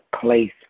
place